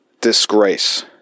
disgrace